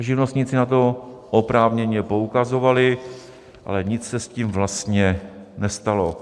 Živnostníci na to oprávněně poukazovali, ale nic se s tím vlastně nestalo.